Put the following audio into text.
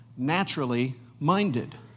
naturally-minded